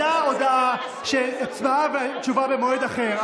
הייתה הודעה שהצבעה ותשובה במועד אחר.